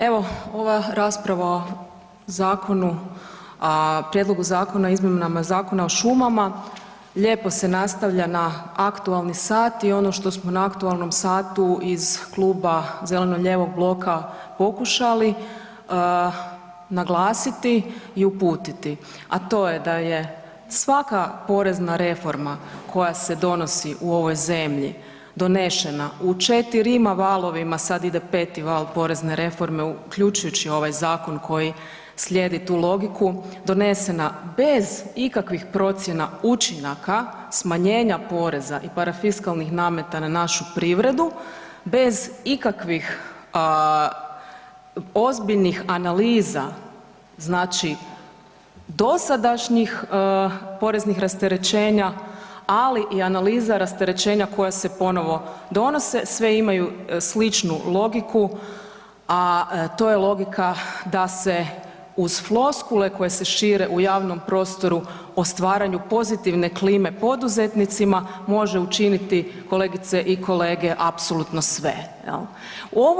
Evo rasprava o zakonu, o prijedlogu zakona o izmjenama Zakona o šumama, lijepo se nastavlja na aktualni sat i ono što smo na aktualnom satu iz kluba zeleno-lijevog bloka pokušali naglasiti i uputiti a to je da je svaka porezna reforma koja se donosi u ovoj zemlji donešena u 4 valovima, sad ide peti val porezne reforme uključujući ovaj zakon koji slijedi tu logiku, donesena bez ikakvih procjena učinaka smanjenja poreza i parafiskalnih nameta na našu privredu, bez ikakvih ozbiljnih analiza, znači dosadašnjih poreznih rasterećenja ali i analiza rasterećenja koja se ponovo donose, sve imaju sličnu logiku a to je logika da se uz floskule koje se šire u javnom prostoru o stvaranju pozitivne klime poduzetnicima, može učiniti kolegice i kolege, apsolutno sve, jel'